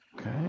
Okay